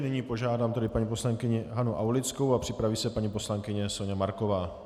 Nyní požádám paní poslankyni Hanu Aulickou a připraví se paní poslankyně Soňa Marková.